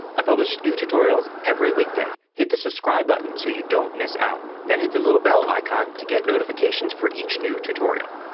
i publish new tutorials every weekday. hit the subscribe button so you don't miss out. then hit the little bell icon to get notifications for each new tutorial.